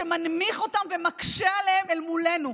שמנמיך אותם ומקשה עליהם מולנו.